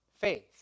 faith